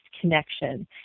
connection